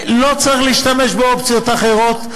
לא צריך להשתמש באופציות אחרות.